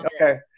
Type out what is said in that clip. okay